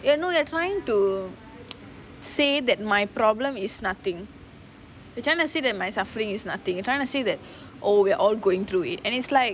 you know you're trying to say that my problem is nothing they are trying to say that my suffering is nothing they are trying to say that oh we are all going through it and it's like